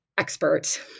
expert